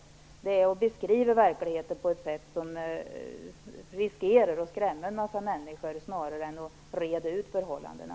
Det är ett sätt att beskriva verkligheten som riskerar att skrämma människor snarare än att reda ut förhållandena.